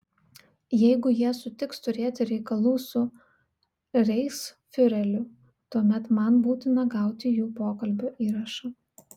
jeigu jie sutiks turėti reikalų su reichsfiureriu tuomet man būtina gauti jų pokalbio įrašą